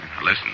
Listen